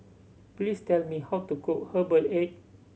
please tell me how to cook herbal egg